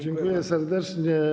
Dziękuję serdecznie.